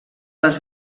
les